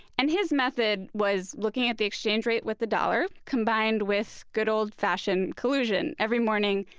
and his method was looking at the exchange rate with the dollar combined with good old-fashioned collusion. every morning,